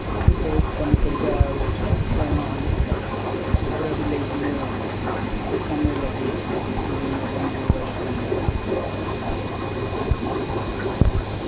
ସେଥିରୁ ବହୁତ ପନିପରିବା ଉତ୍ପାଦନ ହୋଇ ସେଗୁଡ଼ା ବି ନେଇକି ମୁଁ ଦୋକାନରେ ଲଗେଇଛି ବିଭିନ୍ନ ପନିପରିବା ଦୋକାନରେ ଲଗେଇଛି ଆଉ